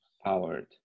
powered